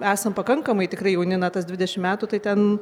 esam pakankamai tikrai jauni na tas dvidešimt metų tai ten